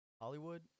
Hollywood